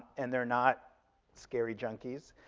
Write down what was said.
and they're not scary junkies.